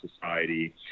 society